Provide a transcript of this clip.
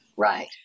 Right